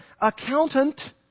accountant